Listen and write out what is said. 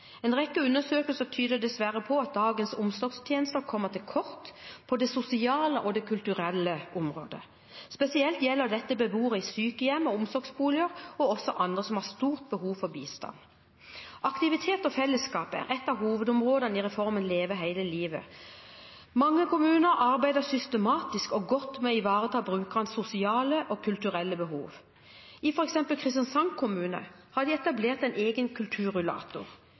En rekke undersøkelser tyder dessverre på at dagens omsorgstjenester kommer til kort på det sosiale og det kulturelle området. Spesielt gjelder dette beboere i sykehjem og omsorgsboliger og også andre som har stort behov for bistand. Aktivitet og fellesskap er et av hovedområdene i reformen Leve hele livet. Mange kommuner arbeider systematisk og godt med å ivareta brukernes sosiale og kulturelle behov. I f.eks. Kristiansand kommune har de etablert en egen kulturrullator.